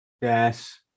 Yes